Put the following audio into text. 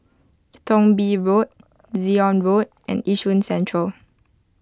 Thong Bee Road Zion Road and Yishun Central